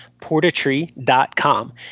PortaTree.com